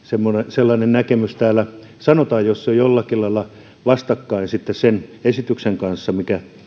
sellainen näkemys täällä sanotaan jos se on jollakin lailla vastakkain sitten sen esityksen kanssa mikä